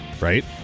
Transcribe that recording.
right